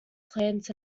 plants